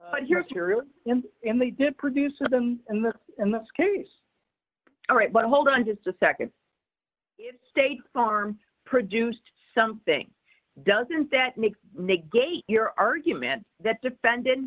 in and they did produce them in this in this case all right but hold on just a nd state farm produced something doesn't that makes negate your argument that defend